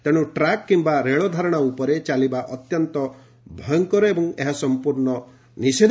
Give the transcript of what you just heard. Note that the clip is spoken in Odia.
ତେଣୁ ଟ୍ରାକ୍ କିମ୍ଟା ରେଳ ଧାରଣା ଉପରେ ଚାଲିବା ଅତ୍ୟନ୍ତ ଭୟଙ୍କର ଏବଂ ଏହା ସମ୍ମର୍ଶ୍ର ନିଷେଧ